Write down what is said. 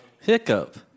Hiccup